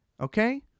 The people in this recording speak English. okay